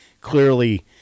clearly